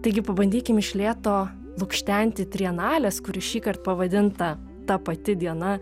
taigi pabandykim iš lėto lukštenti trienalės kuri šįkart pavadinta ta pati diena